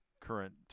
current